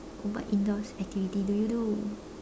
what indoor activities do you do